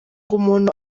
umuntu